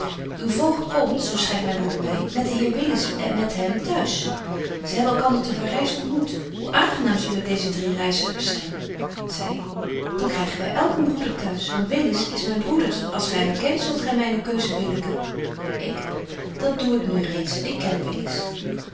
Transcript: uw voogd komt zo schryft myn broeder my met den heer willis en met hem t'huis zy hebben elkander te parys ontmoet hoe aangenaam zullen deeze drie reizigers zyn zy dan krygen wy elk een broeder t'huis want willis is myn broeder als gy hem kent zult gy myne keuze billyken ik dat doe ik nu reeds ik ken